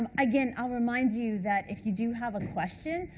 um again, i'll remind you that, if you do have a question,